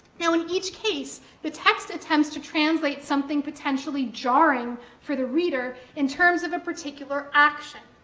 now, in each case, the text attempts to translate something potentially jarring for the reader in terms of a particular action,